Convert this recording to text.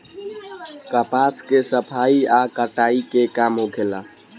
कपास के सफाई आ कताई के काम होला